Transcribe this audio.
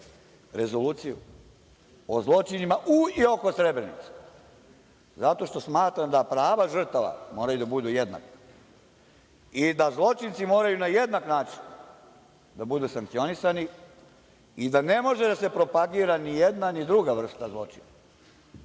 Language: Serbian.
rezoluciju o zločinima u i oko Srebrenice zato što smatram da prava žrtava moraju da budu jednaka i da zločinci moraju na jednak način da budu sankcionisani i da ne može da se propagira nijedna ni druga vrsta zločina,